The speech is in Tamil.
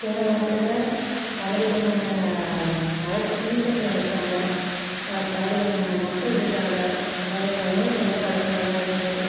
சேலம் மாவட்டத்தில் பல விதமான மதத்தை பின்பற்றவங்கள் இருக்காங்க பல விதமான மக்களிருகாங்க பல விதமான உணவு பழக்க வழக்கங்கள்லாம் இருக்குது